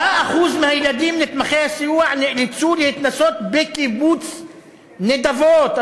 10% מהילדים נתמכי הסיוע נאלצו להתנסות בקיבוץ נדבות,